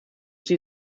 sie